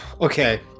Okay